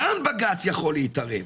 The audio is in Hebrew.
כאן בג"ץ יכול להתערב,